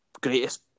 greatest